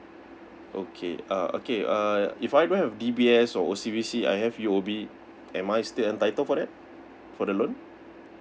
okay uh okay uh if I don't have D_B_S or _O_C_B_C I have U_O_B am I still entitle for that for the loan